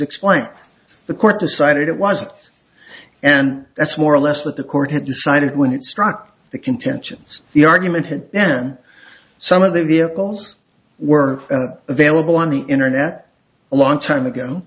explained to the court decided it was and that's more or less what the court had decided when it struck the contentions the argument had then some of the vehicles were available on the internet a long time ago